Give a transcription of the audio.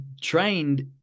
trained